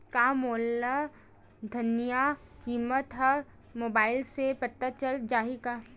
का मोला धनिया किमत ह मुबाइल से पता चल जाही का?